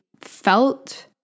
felt